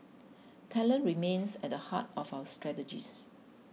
talent remains at the heart of our strategies